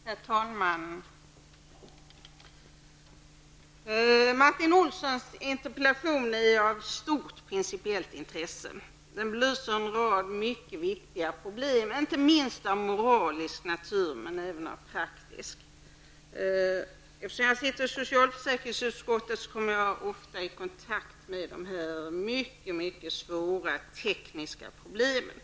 Herr talman! Martin Olssons interpellation är av stort principiellt intresse. Den belyser en rad mycket viktiga problem, inte minst av moralisk men även av praktisk natur. Eftersom jag sitter i socialförsäkringsutskottet kommer jag ofta i kontakt med de här mycket svåra tekniska problemen.